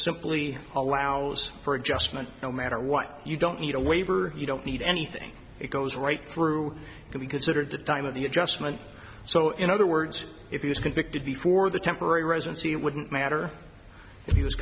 simply allows for adjustment no matter what you don't need a waiver you don't need anything it goes right through to be considered the time of the adjustment so in other words if he was convicted before the temporary residency it wouldn't matter if he was